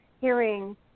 hearing